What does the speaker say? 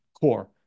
core